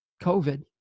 COVID